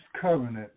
covenant